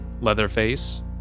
Leatherface